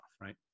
right